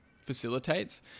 facilitates